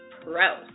pro